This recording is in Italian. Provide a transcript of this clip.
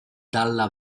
dalla